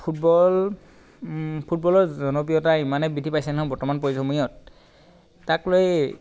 football ফুটবলৰ জনপ্ৰিয়তা ইমানেই বৃদ্ধি পাইছে নহয় বৰ্তমান পৰি সময়ত তাক লৈ